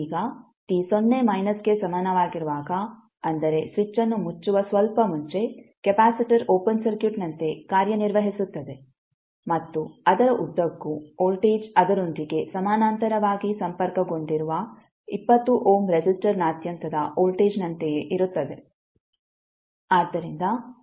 ಈಗ t ಸೊನ್ನೆ ಮೈನಸ್ಗೆ ಸಮನಾಗಿರುವಾಗ ಅಂದರೆ ಸ್ವಿಚ್ಅನ್ನು ಮುಚ್ಚುವ ಸ್ವಲ್ಪ ಮುಂಚೆ ಕೆಪಾಸಿಟರ್ ಓಪನ್ ಸರ್ಕ್ಯೂಟ್ನಂತೆ ಕಾರ್ಯನಿರ್ವಹಿಸುತ್ತದೆ ಮತ್ತು ಅದರ ಉದ್ದಕ್ಕೂ ವೋಲ್ಟೇಜ್ ಅದರೊಂದಿಗೆ ಸಮಾನಾಂತರವಾಗಿ ಸಂಪರ್ಕಗೊಂಡಿರುವ 20 ಓಮ್ ರೆಸಿಸ್ಟರ್ನಾದ್ಯಂತದ ವೋಲ್ಟೇಜ್ನಂತೆಯೇ ಇರುತ್ತದೆ